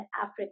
Africa